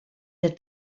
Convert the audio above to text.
der